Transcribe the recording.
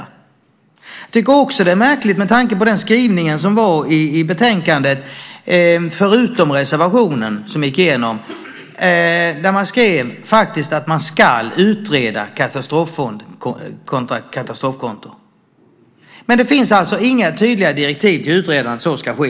Jag tycker också att det är märkligt med tanke på den skrivning som fanns i betänkandet, förutom reservationen som gick igenom, där man faktiskt skrev att man ska utreda en katastroffond kontra ett katastrofkonto. Men det finns alltså inga tydliga direktiv till utredaren att så ska ske.